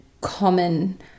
common